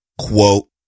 Quote